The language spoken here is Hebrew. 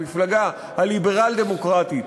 המפלגה הליברל-דמוקרטית,